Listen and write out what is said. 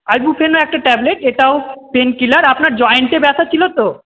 আইবুপ্রোফেনও একটা ট্যাবলেট এটাও পেনকিলার আপনার জয়েন্টে ব্যথা ছিল তো